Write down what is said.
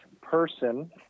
person